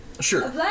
Sure